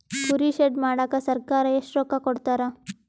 ಕುರಿ ಶೆಡ್ ಮಾಡಕ ಸರ್ಕಾರ ಎಷ್ಟು ರೊಕ್ಕ ಕೊಡ್ತಾರ?